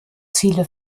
ziele